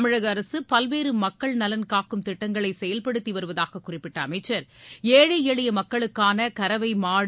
தமிழக அரசு பல்வேறு மக்கள் நலன் காக்கும் திட்டங்களை செயல்படுத்தி வருவதாக குறிப்பிட்ட அமைச்சர் ஏழை எளிய மக்களுக்கான கறவை மாடு